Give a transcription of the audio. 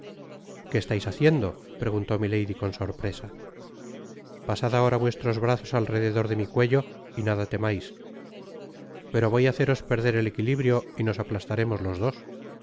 qué estais haciendo preguntó milady con sorpresa pasad ahora vuestros brazos al rededor de mi cuello y nada temais pero voy á haceros perder el equilibrio y nos aplastaremos los dos